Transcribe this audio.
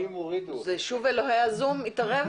(תקלה ב-זוםׂ).